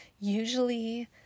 Usually